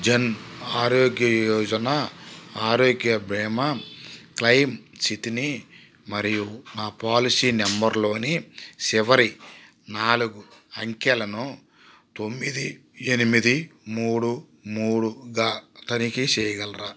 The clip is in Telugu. జన్ ఆరోగ్య యోజన ఆరోగ్య భీమా క్లెయిమ్ స్థితిని మరియు నా పాలసీ నంబర్లోని చివరి నాలుగు అంకెలను తొమ్మిది ఎనిమిది మూడు మూడుగా తనిఖీ చేయగలరా